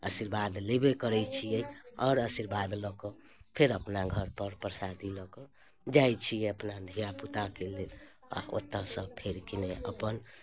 आशीर्वाद लेबे करै छिए आओर आशीर्वाद लऽ कऽ फेर अपना घरपर परसादी लऽ कऽ जाइ छिए अपना धिआपुताके लेल आओर ओतऽसँ फेर कि ने अपन